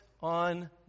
on